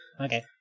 okay